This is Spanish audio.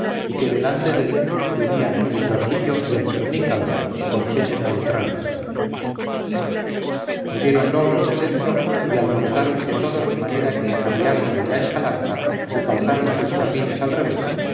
y que delante dél venían el tordillo y el cernícalo corchetes neutrales oyéronlo los de dentro y alborotáronse todos de manera que la cariharta y la escalanta se calzaron sus chapines al revés